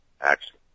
action